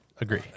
Agree